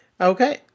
Okay